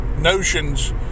notions